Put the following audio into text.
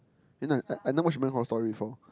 then I never watched American-Horror-Story before